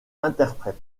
interprète